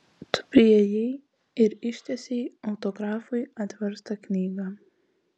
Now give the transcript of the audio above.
tu priėjai ir ištiesei autografui atverstą knygą